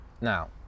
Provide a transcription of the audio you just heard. Now